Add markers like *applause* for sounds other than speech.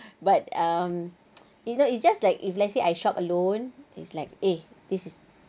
but um *noise* you know it's just like if let's say I shop alone is like eh this is